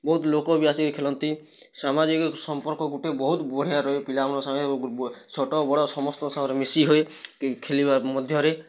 ବହୁତ ଲୋକ ବି ଆସିକି ଖେଳନ୍ତି ସାମାଜିକ ସମ୍ପର୍କ ଗୋଟେ ବହୁତ ବଢ଼ିଆ ରହେ ପିଲାମାନଙ୍କ ସାଙ୍ଗେ ବୁ ବୁ ଛୋଟ ବଡ଼ ସମସ୍ତଙ୍କ ସାଙ୍ଗରେ ମିଶି ହୋଇ କି ଖେଳିବା ମଧ୍ୟରେ